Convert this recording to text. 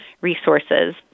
resources